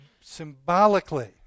symbolically